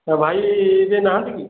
ଭାଇ କେହି ନାହାନ୍ତି କି